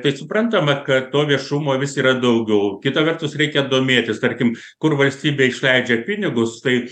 tai suprantama kad to viešumo vis yra daugiau kita vertus reikia domėtis tarkim kur valstybė išleidžia pinigus tai